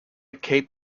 cape